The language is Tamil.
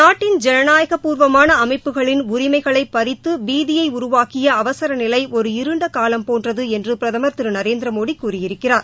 நாட்டின் ஜனநாயக பூர்வமான அமைப்புகளின் உரிமைகளை பறித்து பீதியை உருவாக்கிய அவசர நிலை ஒரு இருண்ட காலம்போன்றது என்று பிரதமர் திரு நரேந்திர மோடி கூறியிருக்கிறார்